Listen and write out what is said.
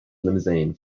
limousine